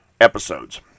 episodes